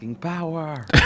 power